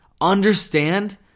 understand